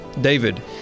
David